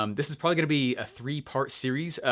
um this is probably gonna be a three part series.